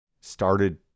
started